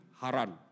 Haran